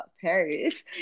paris